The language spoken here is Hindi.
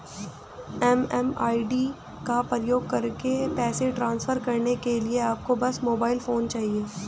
एम.एम.आई.डी का उपयोग करके पैसे ट्रांसफर करने के लिए आपको बस मोबाइल फोन चाहिए